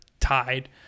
tied